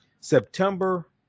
September